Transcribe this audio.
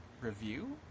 review